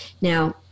Now